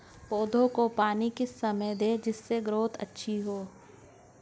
पौधे को पानी किस समय दें जिससे ग्रोथ अच्छी हो?